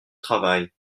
travail